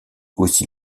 aussi